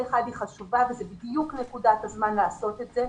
חשובה וזו בדיוק נקודת הזמן לעשות את זה.